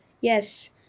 yes